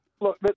look